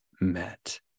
met